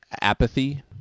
apathy